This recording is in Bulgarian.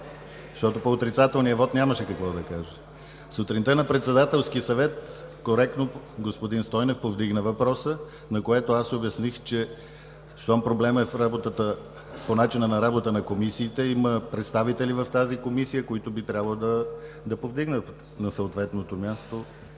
защото по отрицателния вот нямаше какво да кажа. Сутринта на Председателския съвет коректно, господин Стойнев повдигна въпроса, на което аз обясних, че щом проблемът е в начина на работата на комисиите, има представители в тази Комисия, които би трябвало да повдигнат проблема на съответното място.